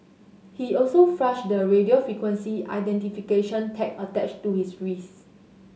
he also flushed the radio frequency identification tag attached to his wrist